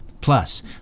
Plus